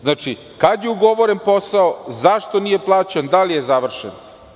Znači, kad je ugovoren posao, zašto nije plaćen, da li je završen?